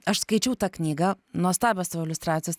aš skaičiau tą knygą nuostabios tavo iliustracijos